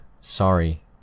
sorry